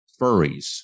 furries